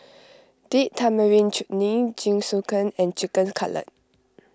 Date Tamarind Chutney Jingisukan and Chicken Cutlet